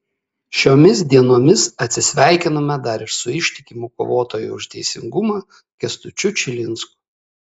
šiomis dienomis atsisveikinome dar ir su ištikimu kovotoju už teisingumą kęstučiu čilinsku